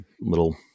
little